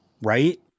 Right